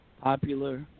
popular